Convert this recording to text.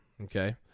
Okay